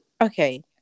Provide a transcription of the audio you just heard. Okay